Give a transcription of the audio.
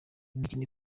imikino